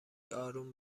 اروم